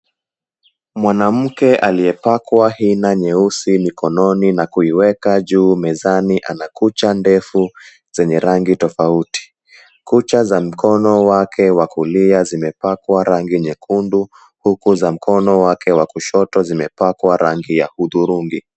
Mwanamke aliyepakwa hina nyeusi mikononi na kuiweka juu mezani ana kucha ndefu zenye rangi tofauti. Kucha za mkono wake wa kulia zimepakwa rangi nyekundu huku za mkono wake wa kushoto zimepakwa rangi ya hudhurungi.